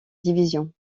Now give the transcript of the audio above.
division